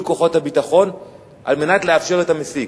כוחות הביטחון על מנת לאפשר את המסיק.